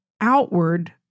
outward